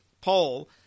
poll